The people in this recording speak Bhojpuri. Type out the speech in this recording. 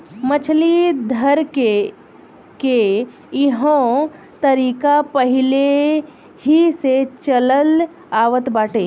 मछली धरेके के इहो तरीका पहिलेही से चलल आवत बाटे